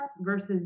versus